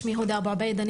שמי הודא אבו עבד,